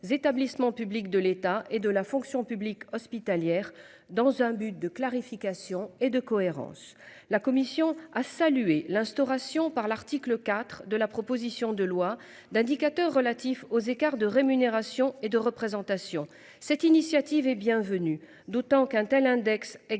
des établissements publics de l'État et de la fonction publique hospitalière dans un but de clarification et de cohérence. La commission a salué l'instauration par l'article IV de la proposition de loi d'indicateurs relatifs aux écarts de rémunération et de représentation. Cette initiative est bienvenu. D'autant qu'un tel index existe